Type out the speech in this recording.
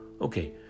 Okay